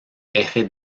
eje